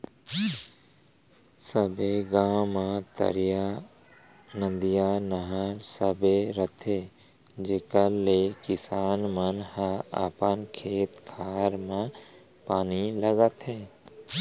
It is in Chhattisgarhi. सबे गॉंव म तरिया, नदिया, नहर सबे रथे जेकर ले किसान मन ह अपन खेत खार म पानी लेगथें